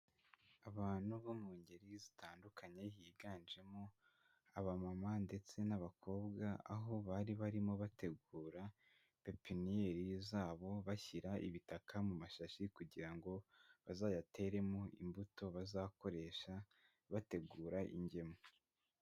Abantu bo mu ngeri zitandukanye, higanjemo abamama ndetse n'abakobwa, aho bari barimo bategura pepiniyeri zabo, bashyira ibitaka mu mashashi kugira ngo bazayateremo imbuto bazakoresha, bategura ingemwe.